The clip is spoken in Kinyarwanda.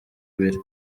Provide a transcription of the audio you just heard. ibiri